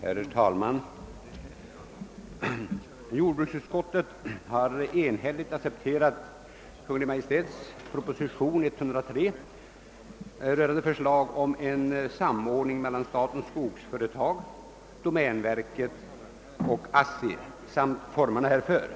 Herr talman! Jordbruksutskottet har enhälligt accepterat Kungl. Maj:ts proposition nr 103 med förslag om en samordning mellan statens skogsföretag — domänverket och ASSI — samt formerna härför.